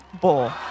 Bowl